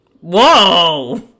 Whoa